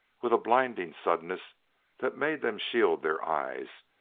with a blinding suddenness that made them shield their eyes,